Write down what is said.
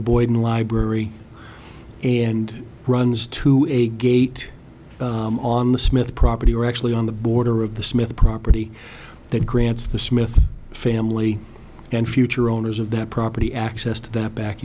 boyd library and runs to a gate on the smith property or actually on the border of the smith property that grants the smith family and future owners of that property access to that back